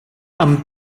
amb